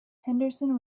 henderson